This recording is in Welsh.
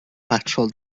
betrol